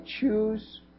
choose